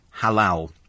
halal